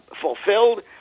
fulfilled